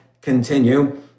continue